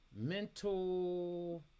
mental